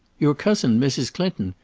your cousin, mrs. clinton,